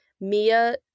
Mia